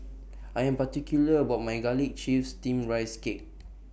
I Am particular about My Garlic Chives Steamed Rice Cake